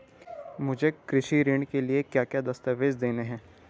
मुझे कृषि ऋण के लिए क्या क्या दस्तावेज़ देने हैं?